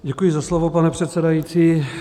Děkuji za slovo, pane předsedající.